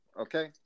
Okay